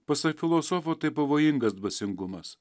pasak filosofo tai pavojingas dvasingumas